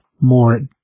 more